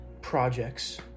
projects